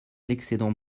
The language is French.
l’excédent